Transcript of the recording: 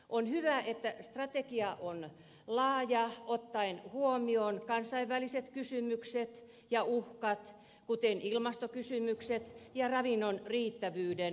on hyvä että strategia on laaja ottaen huomioon kansainväliset kysymykset ja uhkat kuten ilmastokysymykset ja ravinnon riittävyyden globaalisti